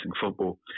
football